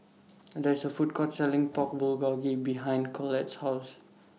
There IS A Food Court Selling Pork Bulgogi behind Collette's House